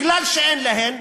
מכיוון שאין להן,